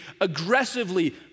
aggressively